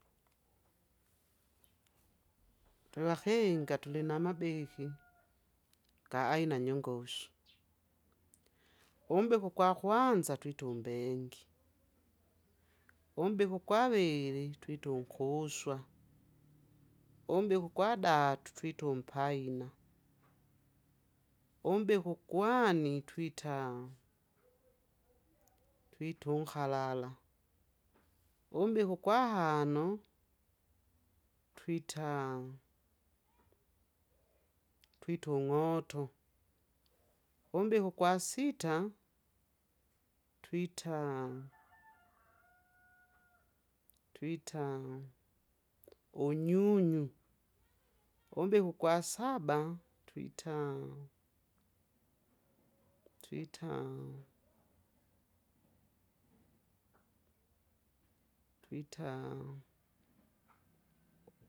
twevakinga tulinamabiki, ga aina nyongosu, umbiki ukwakwanza twita umbengi, umbiki ukwaviri twita unkuswa, umbiki ugwadatu twita umpaina, umbiki ugwani twita, twita unhalala, umbiki ugwahano, twita, twita ung'oto, umbiki ugwasita twita, twita, unyunyu, umbiki ugwasaba twita, twita, twita.